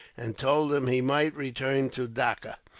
and told him he might return to dacca.